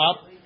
up